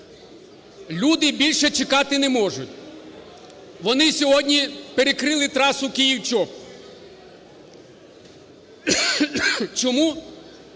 Люди більше чекати не можуть, вони сьогодні перекрили трасу Київ-Чоп. Чому?